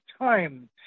time